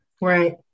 right